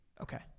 Okay